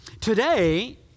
Today